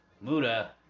Muda